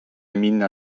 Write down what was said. minna